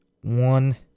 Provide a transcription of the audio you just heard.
one